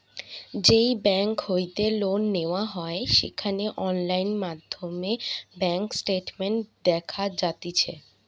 যেই বেংক হইতে লোন নেওয়া হয় সেখানে অনলাইন মাধ্যমে ব্যাঙ্ক স্টেটমেন্ট দেখা যাতিছে